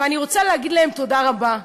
אני רוצה להגיד להם תודה רבה,